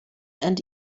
and